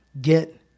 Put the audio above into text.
Get